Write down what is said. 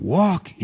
walk